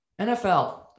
NFL